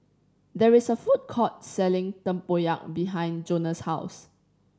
there is a food court selling tempoyak behind Jonah's house